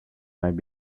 might